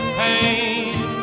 pain